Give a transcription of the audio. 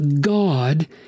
God